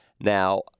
Now